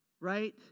right